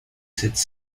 cette